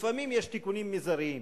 לפעמים יש תיקונים מזעריים